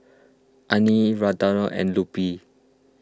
Anie and Lupe